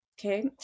okay